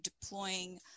deploying